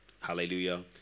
hallelujah